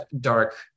dark